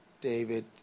david